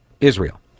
Israel